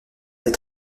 des